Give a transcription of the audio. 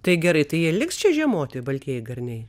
tai gerai tai jie liks čia žiemoti baltieji garniai